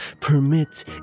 Permit